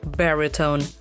baritone